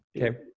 Okay